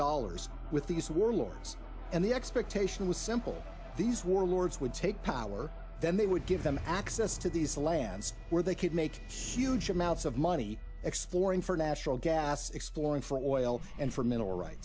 dollars with these warlords and the expectation was simple these warlords would take power then they would give them access to these lands where they could make sure of money exploring for natural gas exploring for oil and for mineral ri